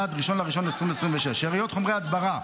עד 1 בינואר 2026. שאריות חומרי הדברה,